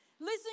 listen